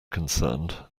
concerned